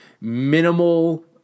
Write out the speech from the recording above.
minimal